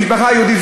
משפחה יהודית,